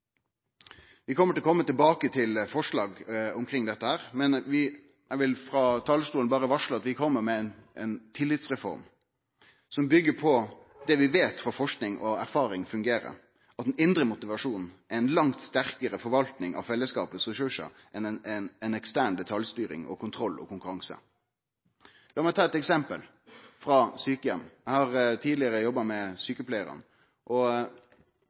Vi kjem til å kome tilbake til forslag om dette, men eg vil frå talarstolen berre varsle at vi kjem med ein tillitsreform som byggjer på det vi frå forsking og erfaring veit fungerer – at den indre motivasjonen er ei langt sterkare forvalting av fellesskapets ressursar enn ei ekstern detaljstyring, kontroll og konkurranse. Lat meg ta eit eksempel frå sjukeheim. Eg har tidlegare jobba med sjukepleiarar. Det er også eit felt der det er omfattande detaljstyring og